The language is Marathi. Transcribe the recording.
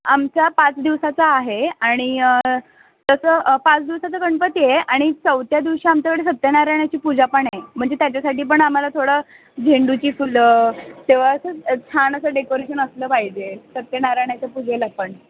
आमचा पाच दिवसाचा आहे आणि तसं पाच दिवसाचा गणपती आहे आणि चौथ्या दिवशी आमच्याकडे सत्यनारायणाची पूजा पण आहे म्हणजे त्याच्यासाठी पण आम्हाला थोडं झेंडूची फुलं तेव्हा असं छान असं डेकोरेशन असलं पाहिजे सत्यनारायणाच्या पूजेला पण